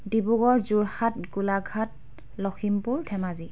Dibrugarh Jorhat Golaghat Lakhimpur Dhemaji